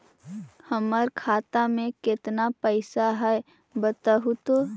हमर खाता में केतना पैसा है बतहू तो?